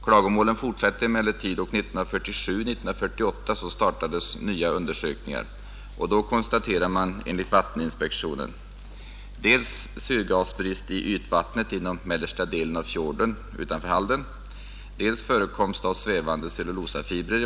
Klagomålen fortsatte emellertid, och 1947 och 1948 startades nya undersökningar.